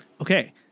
Okay